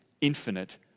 infinite